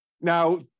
Now